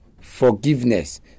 Forgiveness